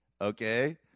okay